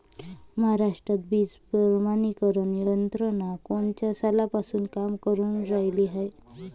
महाराष्ट्रात बीज प्रमानीकरण यंत्रना कोनच्या सालापासून काम करुन रायली हाये?